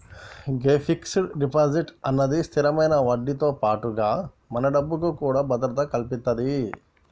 గే fix deposit అన్నది స్థిరమైన వడ్డీతో పాటుగా మన డబ్బుకు కూడా భద్రత కల్పితది